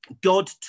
God